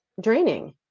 draining